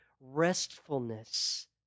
restfulness